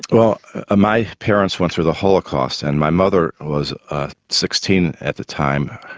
well ah my parents went through the holocaust and my mother was ah sixteen at the time,